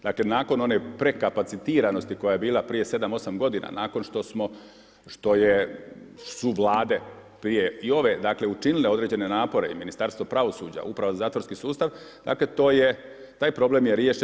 Dakle, nakon one prekapacitiranosti koja je bila prije 7-8 godina, nakon što su vlade prije i ove dakle, učinile određene napore i Ministarstvo pravosuđa, Uprava za zatvorski sustav, dakle, taj problem je riješen.